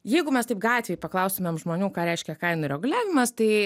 jeigu mes taip gatvėj paklaustumėm žmonių ką reiškia kainų reguliavimas tai